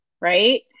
right